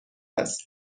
است